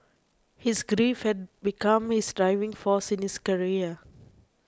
his grief had become his driving force in his career